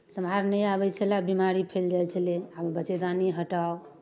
सम्हार नहि आबै छलए बिमारी फैल जाइ छलै आब बच्चेदानी हटाउ